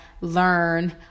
learn